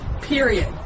period